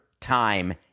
time